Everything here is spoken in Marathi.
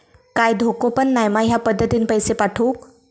काय धोको पन नाय मा ह्या पद्धतीनं पैसे पाठउक?